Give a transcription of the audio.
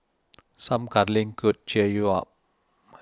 some cuddling could cheer you up